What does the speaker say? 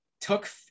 took